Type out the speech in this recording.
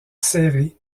serrées